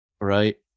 Right